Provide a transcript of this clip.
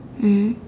mm